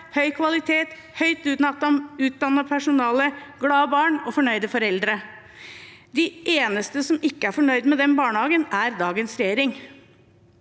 høy kvalitet, høyt utdannet personale, glade barn og fornøyde foreldre. De eneste som ikke er fornøyd med den barnehagen, er dagens regjering.